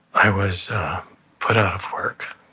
i was put out of work.